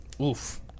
Oof